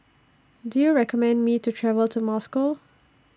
Do YOU recommend Me to travel to Moscow